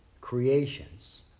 creations